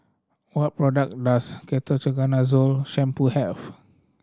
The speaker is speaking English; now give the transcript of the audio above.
what product does Ketoconazole Shampoo have